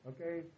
okay